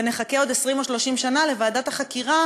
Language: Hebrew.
ונחכה עוד 20 או 30 שנה לוועדת החקירה